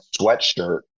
sweatshirt